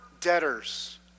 debtors